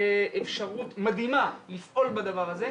אפשרות מדהימה לפעול בדבר הזה.